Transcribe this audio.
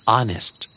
Honest